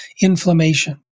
inflammation